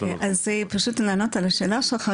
פשוט לענות לשאלה שלך,